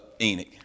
Enoch